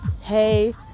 hey